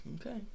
Okay